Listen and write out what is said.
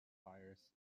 fires